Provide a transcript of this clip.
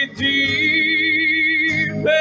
deep